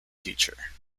teacher